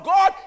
God